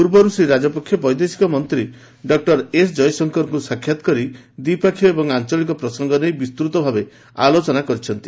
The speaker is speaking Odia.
ପୂର୍ବରୁ ଶ୍ରୀ ରାଜପକ୍ଷେ ବୈଦେଶିକ ମନ୍ତ୍ରୀ ଡକ୍ଟର ଏସ୍ ଜୟଶଙ୍କରଙ୍କୁ ସାକ୍ଷାତ୍ କରି ଦ୍ୱିପକ୍ଷୀୟ ଏବଂ ଆଞ୍ଚଳିକ ପ୍ରସଙ୍ଗ ନେଇ ବିସ୍ତୃତ ଭାବେ ଆଲୋଚନା କରିଛନ୍ତି